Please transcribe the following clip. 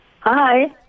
Hi